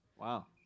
wow